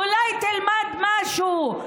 אולי תלמד משהו: